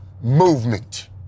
movement